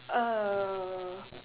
uh